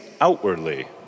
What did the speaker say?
outwardly